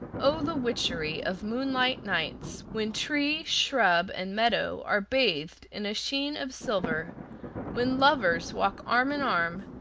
o the witchery of moonlight nights, when tree, shrub, and meadow are bathed in a sheen of silver when lovers walk arm in arm,